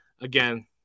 again